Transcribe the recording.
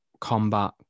combat